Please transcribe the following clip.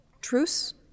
Truce